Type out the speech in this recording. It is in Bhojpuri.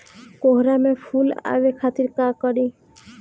कोहड़ा में फुल आवे खातिर का करी?